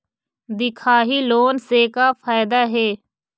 दिखाही लोन से का फायदा हे?